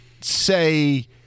say